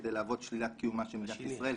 כדי להוות שלילת קיומה של מדינת ישראל,